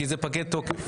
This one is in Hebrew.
כי זה פגי תוקף.